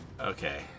Okay